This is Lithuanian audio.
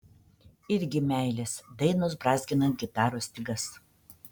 irgi meilės dainos brązginant gitaros stygas